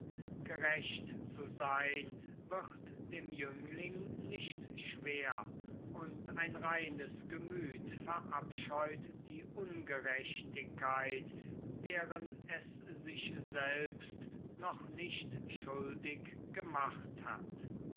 gerecht zu sein wird dem jüngling nicht schwer und ein reines gemüt verabscheut die ungerechtigkeit deren es sich selbst noch nicht schuldig gemacht hat